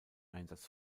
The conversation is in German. einsatz